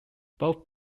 both